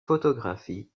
photographies